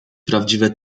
prawdziwe